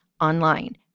online